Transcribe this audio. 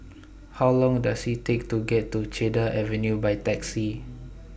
How Long Does IT Take to get to Cedar Avenue By Taxi